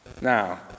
now